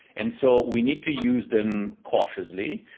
and so we need to use them cautiously.